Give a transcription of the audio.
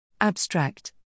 Abstract